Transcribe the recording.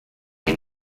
and